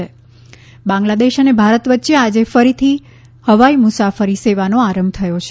ત બાંગ્લાદેશ અને ભારત વચ્ચે આજે ફરીથી હવાઇ મુસાફરી સેવાનો આરંભ થયો છે